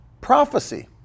prophecy